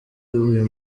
uyu